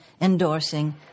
endorsing